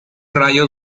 rayo